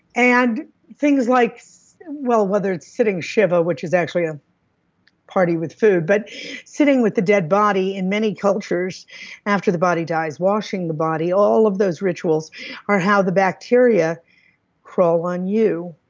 and like so well, whether it's sitting shiva, which is actually a party with food, but sitting with a dead body in many cultures after the body dies, washing the body, all of those rituals are how the bacteria crawl on you,